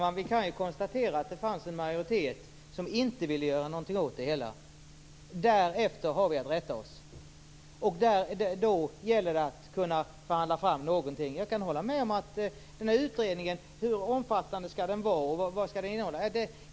Herr talman! Vi kan konstatera att det fanns en majoritet som inte ville göra någonting åt det hela. Vi har att rätta oss därefter, och då gäller det att kunna förhandla fram någonting. Hur omfattande skall utredningen vara? Vad skall den innehålla?